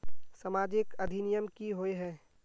सामाजिक अधिनियम की होय है?